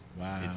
Wow